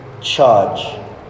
charge